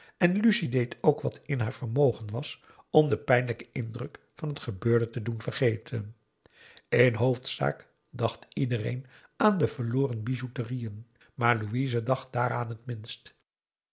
en lucie deed ook wat in haar vermogen was om den pijnlijken indruk van het gebeurde te doen vergeten in hoofdzaak dacht iedereen aan de verloren bijouterieën maar louise dacht daaraan het minst